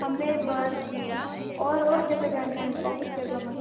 हमें बस और और जगह जाना है बहुत जगह